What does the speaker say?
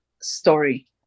story